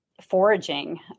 foraging